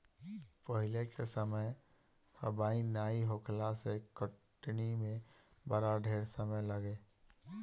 पहिले के समय कंबाइन नाइ होखला से कटनी में बड़ा ढेर समय लागे